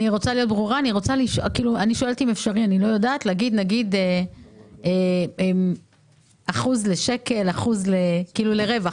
האם אפשרי לדעת אחוז לשקל או אחוז לרווח?